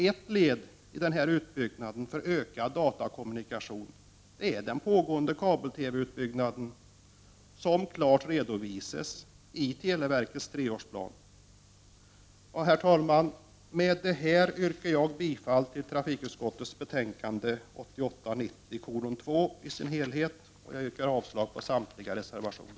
Ett led i denna utbyggnad för ökad datakommunikation är den pågående kabel-TV-utbyggnaden som televerket så klart redogör för i sin treårsplan. Herr talman! Med vad jag här anfört yrkar jag bifall till hemställan i trafikutskottets betänkande 1989/90:TU2 i dess helhet och avslag på samtliga reservationer.